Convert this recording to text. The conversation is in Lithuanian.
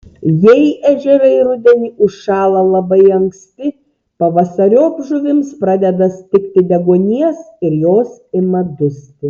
jei ežerai rudenį užšąla labai anksti pavasariop žuvims pradeda stigti deguonies ir jos ima dusti